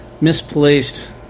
misplaced